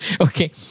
Okay